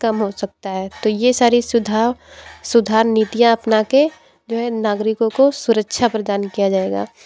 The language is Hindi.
कम हो सकता है तो ये सारी सुधार नीतियाँ अपना के जो है नागरिकों को सुरक्षा प्रदान किया जाएगा